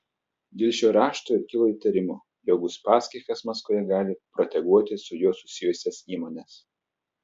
dėl šio rašto ir kilo įtarimų jog uspaskichas maskvoje gali proteguoti su juo susijusias įmones